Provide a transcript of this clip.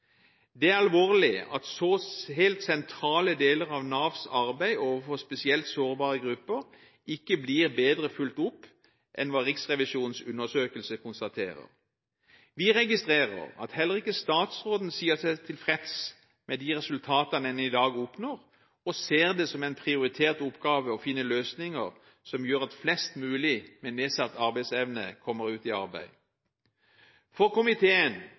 Det er alvorlig at så helt sentrale deler av Navs arbeid overfor spesielt sårbare grupper ikke blir bedre fulgt opp enn hva Riksrevisjonens undersøkelse konstaterer. Vi registrerer at heller ikke statsråden sier seg tilfreds med de resultatene en i dag oppnår, og ser det som en prioritert oppgave å finne løsninger som gjør at flest mulig med nedsatt arbeidsevne kommer ut i arbeid. For komiteen